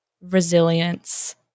resilience